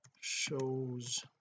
shows